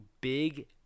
big